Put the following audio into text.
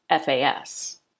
FAS